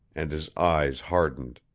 and his eyes hardened.